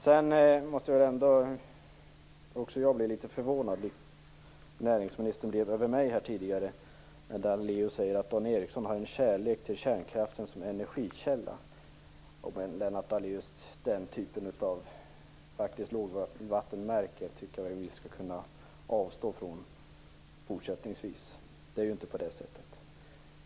Även jag måste bli litet förvånad, precis som näringsministern tidigare blev över mig, när Daléus säger att jag har en kärlek till kärnkraften som energikälla. Den typen av lågvattenmärke tycker jag att vi skall kunna avstå från fortsättningsvis. Det är ju inte på det sättet.